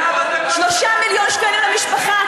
3 מיליון שקלים למשפחה,